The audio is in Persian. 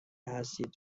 هستید